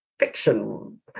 fiction